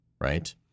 right